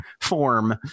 form